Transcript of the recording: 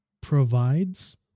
provides